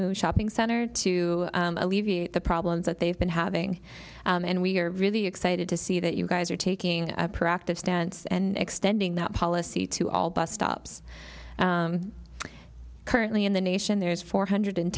new shopping center to alleviate the problems that they've been having and we're really excited to see that you guys are taking a proactive stance and extending that policy to all bus stops currently in the nation there's four hundred